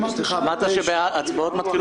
אמרת שההצבעות מתחילות ב-16:00.